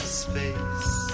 space